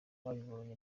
babibonye